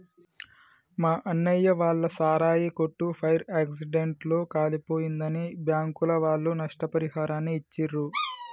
మా అన్నయ్య వాళ్ళ సారాయి కొట్టు ఫైర్ యాక్సిడెంట్ లో కాలిపోయిందని బ్యాంకుల వాళ్ళు నష్టపరిహారాన్ని ఇచ్చిర్రు